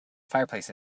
fireplace